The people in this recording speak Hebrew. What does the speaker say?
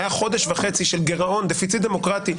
היה חודש וחצי של דפיציט דמוקרטי,